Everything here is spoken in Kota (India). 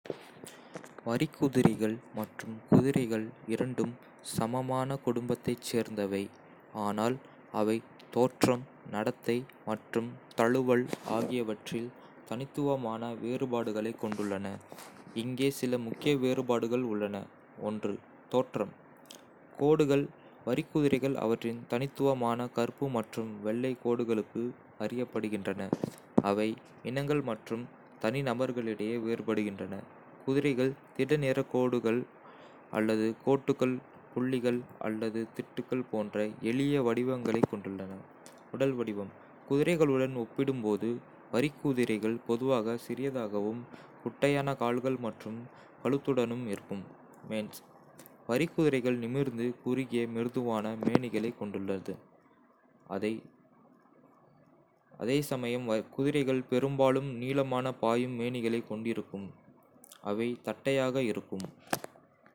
வரிக்குதிரைகள் மற்றும் குதிரைகள் இரண்டும் சமமான குடும்பத்தைச் சேர்ந்தவை, ஆனால் அவை தோற்றம், நடத்தை மற்றும் தழுவல் ஆகியவற்றில் தனித்துவமான வேறுபாடுகளைக் கொண்டுள்ளன. இங்கே சில முக்கிய வேறுபாடுகள் உள்ளன. தோற்றம். கோடுகள் வரிக்குதிரைகள் அவற்றின் தனித்துவமான கருப்பு மற்றும் வெள்ளை கோடுகளுக்கு அறியப்படுகின்றன, அவை இனங்கள் மற்றும் தனிநபர்களிடையே வேறுபடுகின்றன. குதிரைகள் திட-நிற கோட்டுகள் அல்லது கோட்டுகள், புள்ளிகள் அல்லது திட்டுகள் போன்ற எளிய வடிவங்களைக் கொண்டுள்ளன. உடல் வடிவம் குதிரைகளுடன் ஒப்பிடும்போது வரிக்குதிரைகள் பொதுவாக சிறியதாகவும், குட்டையான கால்கள் மற்றும் கழுத்துடனும் இருக்கும். மேன்ஸ் வரிக்குதிரைகள் நிமிர்ந்து, குறுகிய, மிருதுவான மேனிகளைக் கொண்டுள்ளன, அதே சமயம் குதிரைகள் பெரும்பாலும் நீளமான, பாயும் மேனிகளைக் கொண்டிருக்கும், அவை தட்டையாக இருக்கும்.